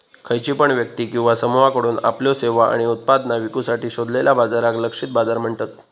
खयची पण व्यक्ती किंवा समुहाकडुन आपल्यो सेवा आणि उत्पादना विकुसाठी शोधलेल्या बाजाराक लक्षित बाजार म्हणतत